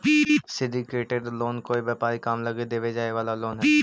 syndicated loan कोई व्यापारिक काम लगी देवे जाए वाला लोन हई